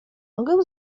mogę